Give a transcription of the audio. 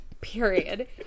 period